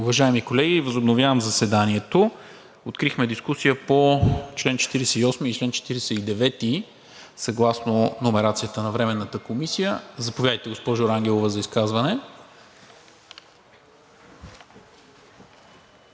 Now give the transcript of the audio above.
Уважаеми колеги, възобновявам заседанието. Открихме дискусия по чл. 48 и чл. 49 съгласно номерацията на Временната комисия. Заповядайте за изказване,